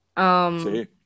See